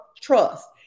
trust